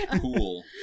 Cool